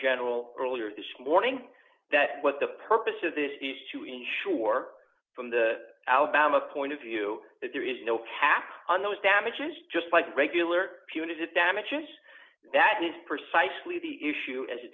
general earlier this morning that what the purpose of this is to ensure from the album a point of view that there is no cap on those damages just like regular punitive damages that is precisely the issue as a